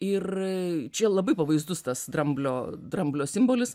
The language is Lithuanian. ir čia labai pavaizdus tas dramblio dramblio simbolis